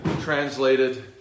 translated